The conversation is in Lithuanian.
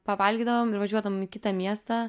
pavalgydavom ir važiuodavom į kitą miestą